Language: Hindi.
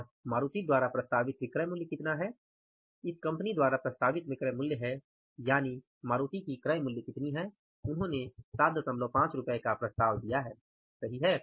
और मारुति द्वारा प्रस्तावित विक्रय मूल्य कितना है इस कंपनी द्वारा प्रस्तावित विक्रय मूल्य है यानि मारुती की क्रय मूल्य कितनी है उन्होंने 75 का प्रस्ताव दिया है सही है